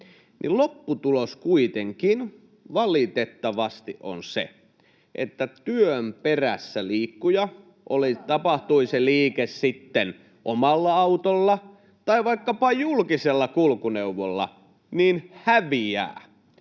lopputulos kuitenkin, valitettavasti, on se, että työn perässä liikkuja, tapahtui se liike sitten omalla autolla tai vaikkapa julkisella kulkuneuvolla, häviää.